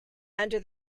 under